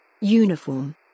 Uniform